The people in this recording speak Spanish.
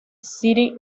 sri